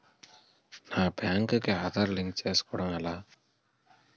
నా బ్యాంక్ కి ఆధార్ లింక్ చేసుకోవడం ఎలా?